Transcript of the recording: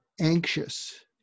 anxious